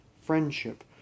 friendship